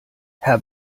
herr